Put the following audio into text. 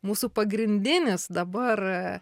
mūsų pagrindinis dabar